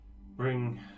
bring